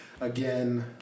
Again